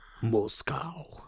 Moscow